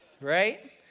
right